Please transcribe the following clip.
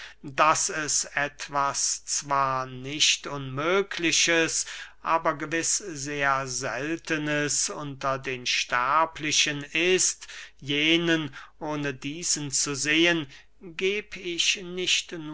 daß es etwas zwar nicht unmögliches aber gewiß sehr seltenes unter den sterblichen ist jenen ohne diesen zu sehen geb ich nicht